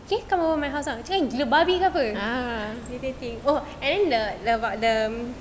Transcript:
K come over my house lah lepas tu aku cakap gila babi ke apa dia think oh and then the the about the